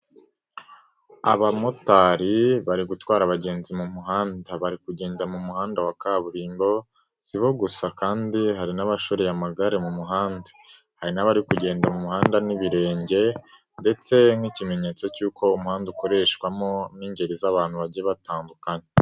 Abamotari bari gutwara abagenzi mu muhanda. Bari kugenda mu muhanda wa kaburimbo, si bo gusa kandi hari n'abashoreye amagare mu muhanda. Hari n'abari kugenda mu muhanda n'ibirenge ndetse nk'ikimenyetso cy'uko umuhanda ukoreshwamo n'ingeri z'abantu bagiye batandukana.